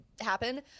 happen